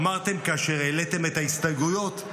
אמרתם כאשר העליתם את ההסתייגויות,